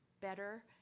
better